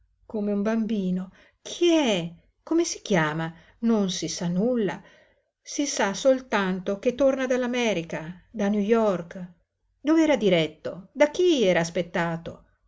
come un bambino chi è come si chiama non si sa nulla si sa soltanto che torna dall'america da new york dov'era diretto da chi era aspettato